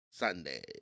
sunday